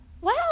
wow